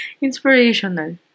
Inspirational